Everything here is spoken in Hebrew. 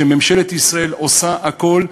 כשממשלת ישראל עושה הכול,